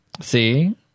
See